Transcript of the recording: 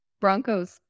Broncos